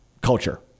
culture